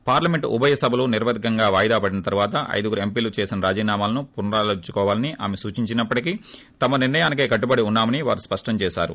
parliament ఉభయ సభలు నిరవధికంగా వాయిదా పడిన తర్యాత ఐదుగురు ఎంపీలు చేసిన రాజీనామాలను పునరాలోచించుకోవాలని ఆమె సూచించినప్పటికీ తమ నిర్హయానికే కట్టుబడి ఉన్నామని వారు స్పష్టంచేశారు